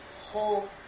whole